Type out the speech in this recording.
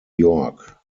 york